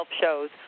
shows